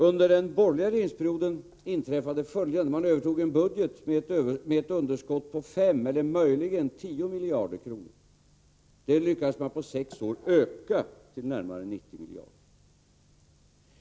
Under den borgerliga regeringsperioden inträffade följande. Man övertog en budget med ett underskott på 5 eller möjligen 10 miljarder kronor. Det lyckades man på sex år öka till närmare 90 miljarder.